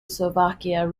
slovakia